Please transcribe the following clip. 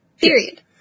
Period